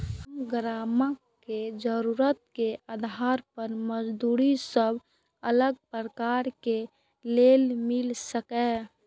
हम ग्राहक के जरुरत के आधार पर मौजूद सब अलग प्रकार के लोन मिल सकये?